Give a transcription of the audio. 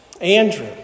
Andrew